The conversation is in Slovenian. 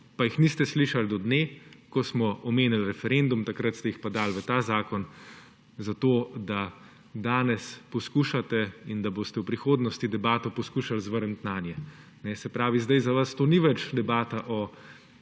Pa jih niste slišali do dne, ko smo omenil referendum. Takrat ste jih pa dali v ta zakon, zato da danes poskušate in da boste v prihodnosti poskušali debato zvrniti nanje. Se pravi, zdaj za vas to ni več debata o